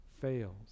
fails